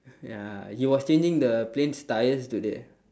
ya he was changing the plane's tyres today